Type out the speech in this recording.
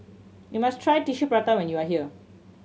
you must try Tissue Prata when you are here